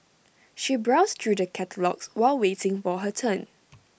she browsed through the catalogues while waiting for her turn